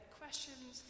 questions